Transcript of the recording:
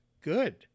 good